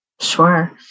Sure